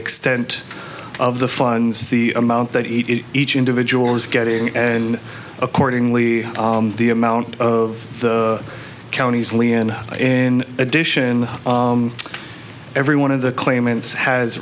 extent of the funds the amount that each each individual is getting and accordingly the amount of the counties only in in addition every one of the claimants has